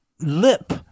lip